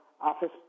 office